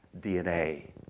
DNA